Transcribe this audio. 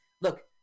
Look